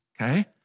okay